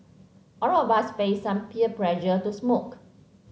all of us faced some peer pressure to smoke